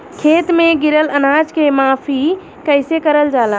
खेत में गिरल अनाज के माफ़ी कईसे करल जाला?